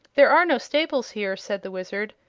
there are no stables here, said the wizard,